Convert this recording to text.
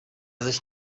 sich